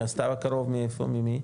מהסתיו הקרוב ממי?